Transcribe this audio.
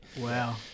Wow